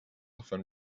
often